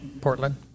Portland